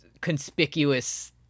conspicuous